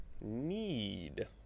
need